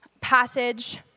passage